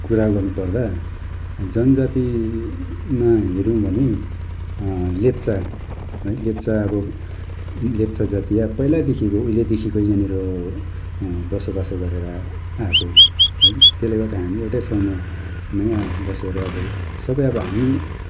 कुरा गर्नुपर्दा जनजातिमा हेऱ्यौँ भने लेप्चा है लेप्चा अब लेप्चा जाति अब पहिल्यैदेखिको उहिल्यैदेखिको यहाँनिर बसोबासो गरेर आएको है त्यसले गर्दा हामी एउटै समुहमै बसेर हामी सबै अब हामी